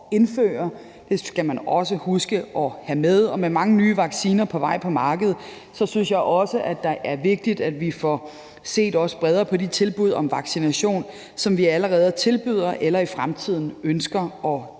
Det skal man også huske at have med, og med mange nye vacciner på vej på markedet synes jeg også at det er vigtigt, at vi får set bredere på de tilbud om vaccination, som vi allerede tilbyder eller i fremtiden ønsker at tilbyde.